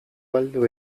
galdu